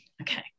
Okay